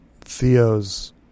Theo's